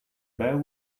bare